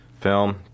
film